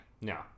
No